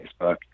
Facebook